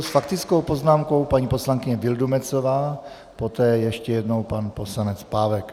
S faktickou poznámkou paní poslankyně Vildumetzová, poté ještě jednou pan poslanec Pávek.